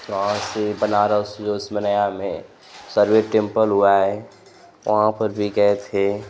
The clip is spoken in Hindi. वहाँ से बनारस जो उसमें नया में सर्वे टेंपल हुआ है वहाँ पर भी गए थे